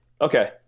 Okay